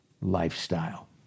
lifestyle